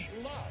love